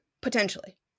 Potentially